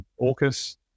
AUKUS